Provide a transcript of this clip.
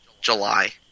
July